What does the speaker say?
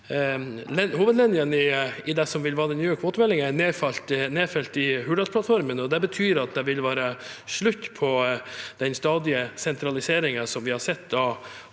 vil være den nye kvotemeldingen, er nedfelt i Hurdalsplattformen. Det betyr at det vil være slutt på den stadige sentraliseringen av